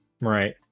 right